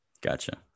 Gotcha